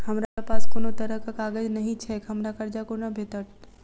हमरा पास कोनो तरहक कागज नहि छैक हमरा कर्जा कोना भेटत?